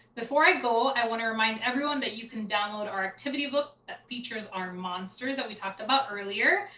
before i go, i wanna remind everyone that you can download our activity book that features our monsters that we talked about earlier.